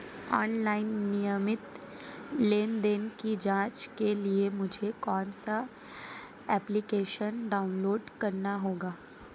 Online नियमित लेनदेन की जांच के लिए मुझे कौनसा एप्लिकेशन डाउनलोड करना होगा?